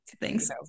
Thanks